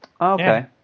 Okay